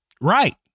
Right